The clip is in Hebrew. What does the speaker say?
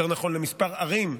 יותר נכון לכמה ערים,